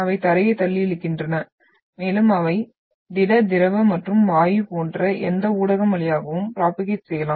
அவை தரையைத் தள்ளி இழுக்கின்றன மேலும் அவை திட திரவம் மற்றும் வாயு போன்ற எந்த ஊடகம் வழியாகவும் ப்ரோபோகேட் செய்யலாம்